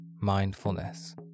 mindfulness